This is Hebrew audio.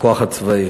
הכוח הצבאי.